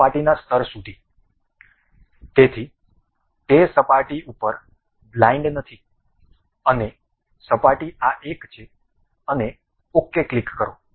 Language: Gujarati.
સપાટીના સ્તર સુધી તેથી તે સપાટી ઉપર બ્લાઇન્ડ નથી અને સપાટી આ એક છે અને ok ક્લિક કરે છે